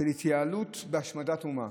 של התייעלות בהשמדת אומה.